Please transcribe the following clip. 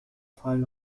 fallen